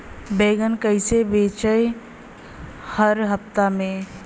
बैगन कईसे बेचाई हर हफ्ता में?